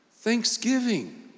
thanksgiving